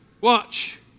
Watch